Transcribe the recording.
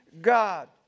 God